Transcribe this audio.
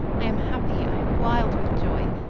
i am happy i am wild with joy.